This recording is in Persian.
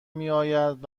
میاید